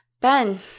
Ben